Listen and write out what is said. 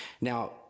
Now